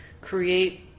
create